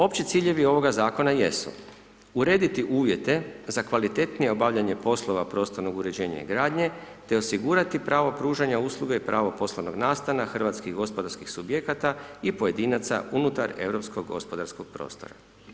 Opći ciljevi ovoga Zakona jesu urediti uvjete za kvalitetnije obavljanje poslova prostornog uređenja i gradnje, te osigurati pravo pružanja usluge i pravo poslovnog nastana hrvatskih gospodarskih subjekata i pojedinaca unutar Europskog gospodarskog prostora.